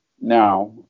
now